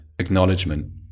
acknowledgement